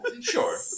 sure